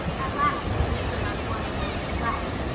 at last they lingered on one away to the left,